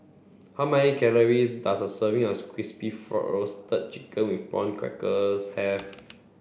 how many calories does a serving of Crispy Roasted Chicken with Prawn Crackers have